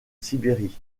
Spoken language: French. sibérie